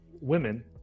women